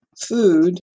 food